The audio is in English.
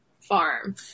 farm